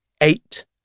Eight